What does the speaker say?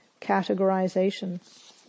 categorization